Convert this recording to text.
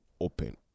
open